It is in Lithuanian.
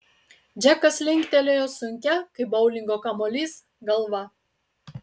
džekas linktelėjo sunkia kaip boulingo kamuolys galva